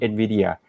Nvidia